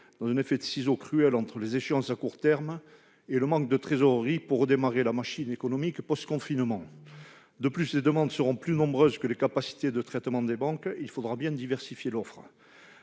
un « effet de ciseaux » cruel, entre échéances à court terme et manque de trésorerie pour redémarrer la machine économique post-confinement. De plus, les demandes excéderont les capacités de traitement des banques. Il faudra donc bien diversifier l'offre.